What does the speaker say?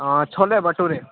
chole bhature